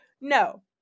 No